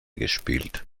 gespielt